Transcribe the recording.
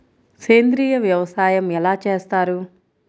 సేంద్రీయ వ్యవసాయం ఎలా చేస్తారు?